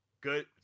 good